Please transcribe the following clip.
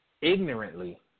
ignorantly